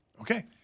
Okay